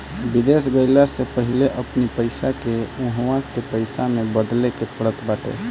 विदेश गईला से पहिले अपनी पईसा के उहवा के पईसा में बदले के पड़त बाटे